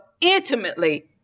Intimately